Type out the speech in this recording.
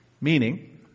meaning